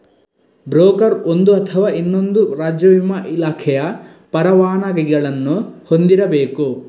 broker ಒಂದು ಅಥವಾ ಇನ್ನೊಂದು ರಾಜ್ಯ ವಿಮಾ ಇಲಾಖೆಯ ಪರವಾನಗಿಗಳನ್ನು ಹೊಂದಿರಬೇಕು